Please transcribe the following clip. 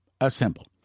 assemble